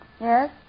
Yes